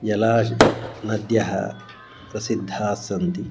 यला नद्यः प्रसिद्धास्सन्ति